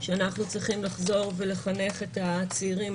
שאנחנו צריכים לחזור ולחנך את הצעירים,